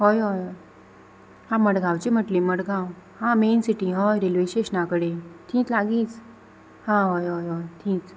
हय हय हय हा मडगांवची म्हटली मडगांव हा मेन सिटी हय रेल्वे स्टेशना कडेन थींच लागींच हा हय हय हय थींच